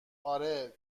آره